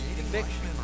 conviction